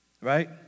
Right